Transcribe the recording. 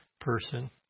person